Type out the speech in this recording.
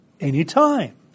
anytime